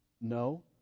no